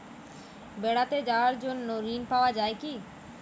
বেড়াতে যাওয়ার জন্য ঋণ পাওয়া যায় কি?